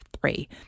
three